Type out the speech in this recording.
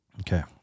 Okay